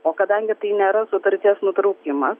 o kadangi tai nėra sutarties nutraukimas